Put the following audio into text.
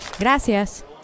Gracias